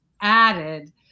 added